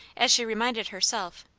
as she reminded herself,